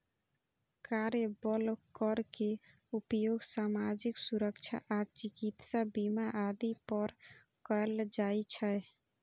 कार्यबल कर के उपयोग सामाजिक सुरक्षा आ चिकित्सा बीमा आदि पर कैल जाइ छै